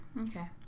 Okay